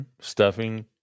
Stuffing